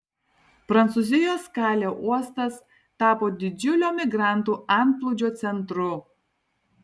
prancūzijos kalė uostas tapo didžiulio migrantų antplūdžio centru